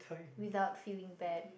without feeling bad